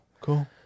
cool